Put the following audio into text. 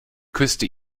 küsste